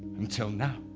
until now.